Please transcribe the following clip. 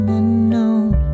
unknown